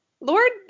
Lord